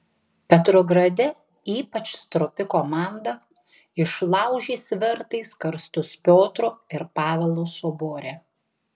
petrograde ypač stropi komanda išlaužė svertais karstus piotro ir pavelo sobore